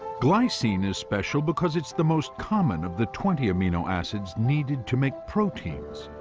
glycine is special because it's the most common of the twenty amino acids needed to make proteins,